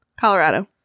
Colorado